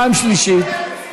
פעם שלישית,